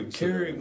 carry